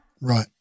Right